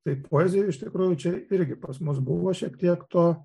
tai poezijoj iš tikrųjų čia irgi pas mus buvo šiek tiek to